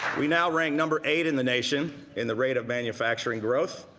we now rank number eight in the nation in the rate of manufacturing growth.